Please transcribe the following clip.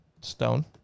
Stone